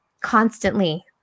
constantly